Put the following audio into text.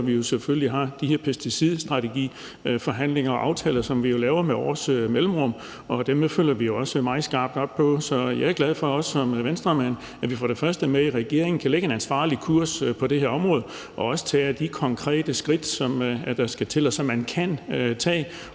også derfor, vi har de her pesticidstrategiforhandlinger og -aftaler, som vi jo laver med års mellemrum, og dem følger vi også meget skarpt op på. Så jeg er også som Venstremand glad for, at vi er med i regeringen og kan lægge en ansvarlig kurs på det her område og også tage de konkrete skridt, som der skal til, og som man kan tage.